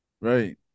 Right